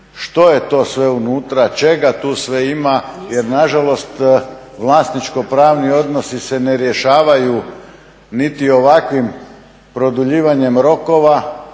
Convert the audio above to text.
što je to sve unutra, čega tu sve ima, jer nažalost vlasničko pravni odnosi se ne rješavaju niti ovakvim produljivanjem rokova